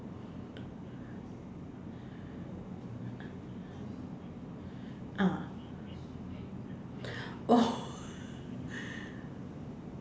ah oh